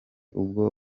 ubwo